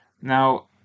Now